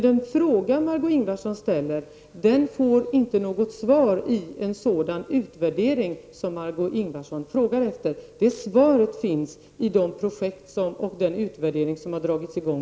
Den fråga som Margö Ingvardsson ställer kan dock inte få något svar i en sådan utvärdering som hon efterfrågar. Det svaret finns i det projekt och den utvärdering som har dragits i gång.